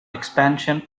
expansion